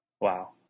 Wow